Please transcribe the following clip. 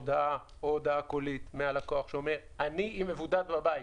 הודעה או הודעה קולית מהלקוח שאומר: אני מבודד בבית.